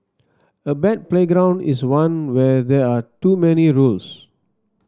a bad playground is one where there are too many rules